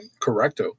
Correcto